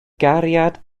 gariad